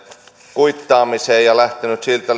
kuittaamiseen ja lähtenyt siltä